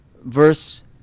verse